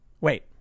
wait